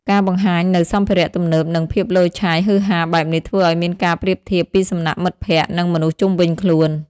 ការបង្ហាញនៅសម្ភារៈទំនើបនិងភាពឡូយឆាយហុឺហាបែបនេះធ្វើឲ្យមានការប្រៀបធៀបពីសំណាក់មិត្តភក្តិនិងមនុស្សជុំវីញខ្លួន។